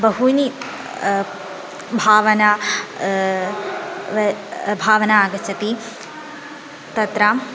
बहूनि भावना भावना आगच्छति तत्र